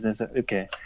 Okay